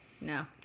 No